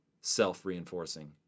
self-reinforcing